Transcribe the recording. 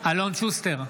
אלון שוסטר,